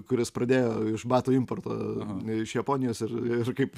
kuris pradėjo batų importą iš japonijos ir ir kaip